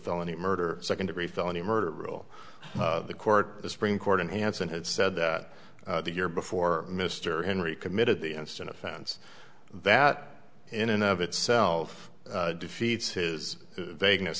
felony murder second degree felony murder rule the court the supreme court and hanson had said that the year before mr henry committed the instant offense that in and of itself defeats his vagueness